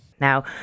Now